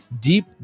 Deep